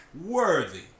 worthy